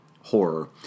horror